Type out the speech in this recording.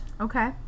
okay